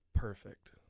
Perfect